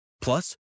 Plus